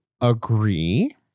agree